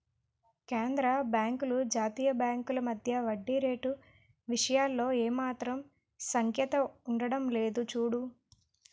కేంద్రబాంకులు జాతీయ బాంకుల మధ్య వడ్డీ రేటు విషయంలో ఏమాత్రం సఖ్యత ఉండడం లేదు చూడు